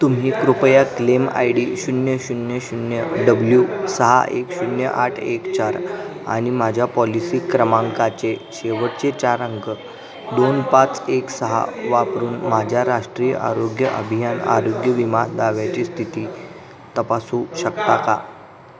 तुम्ही कृपया claim I D शून्य शून्य शून्य डब्ल्यू सहा एक शून्य आठ एक चार आणि माझ्या पॉलिसी क्रमांकाचे शेवटचे चार अंक दोन पाच एक सहा वापरून माझ्या राष्ट्रीय आरोग्य अभियान आरोग्य विमा दाव्याची स्थिती तपासू शकता का